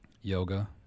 yoga